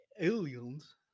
aliens